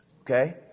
okay